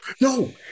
No